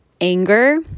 anger